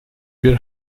bir